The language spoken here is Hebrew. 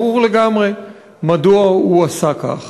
ברור לגמרי מדוע הוא עשה כך.